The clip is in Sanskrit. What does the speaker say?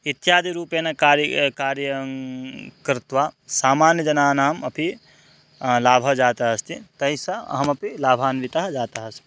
इत्यादिरूपेण कार्यं कार्यं कृत्वा सामान्यजनानाम् अपि लाभः जातः अस्ति तैस्सह अहमपि लाभान्वितः जातः अस्मि